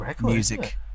music